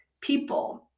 people